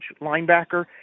linebacker